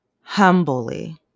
humbly